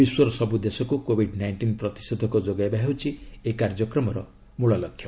ବିଶ୍ୱର ସବୁ ଦେଶକୁ କୋବିଡ୍ ନାଇଷ୍ଟିନ୍ ପ୍ରତିଷେଧକ ଯୋଗାଇବା ହେଉଛି ଏହି କାର୍ଯ୍ୟକ୍ରମର ମୂଳଲକ୍ଷ୍ୟ